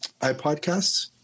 iPodcasts